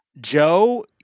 Joe